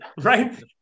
Right